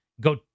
go